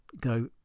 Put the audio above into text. go